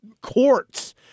courts